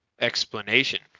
explanation